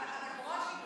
אבל ברושי,